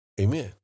Amen